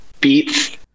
beats